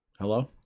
Hello